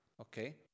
okay